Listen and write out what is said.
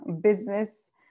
business